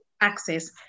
access